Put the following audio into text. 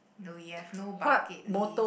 though you have no bucket list